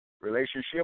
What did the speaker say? Relationship